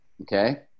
Okay